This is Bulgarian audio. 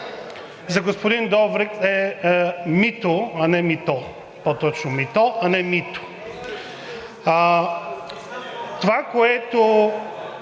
За господин Добрев е мито, а не мито̀, по-точно мито̀, а не мито. Това, което